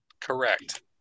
Correct